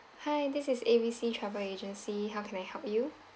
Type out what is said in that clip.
hi this is A B C travel agency how can I help you